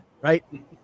right